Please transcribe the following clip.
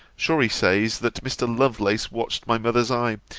shorey says, that mr. lovelace watched my mother's eye,